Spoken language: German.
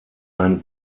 ein